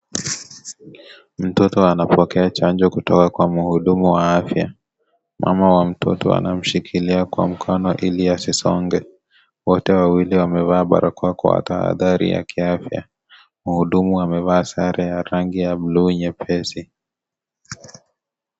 Mtoto anapokea chanjo kutoka kwa mhudumu wa afya. Mama wa mtoto, anamshikilia kwa mkono ili asisonge. Wote wawili wamevaa balakoa kwa tahadhari ya kiafya. Mhudumu amevaa sare ya rangi ya blue nyepesi.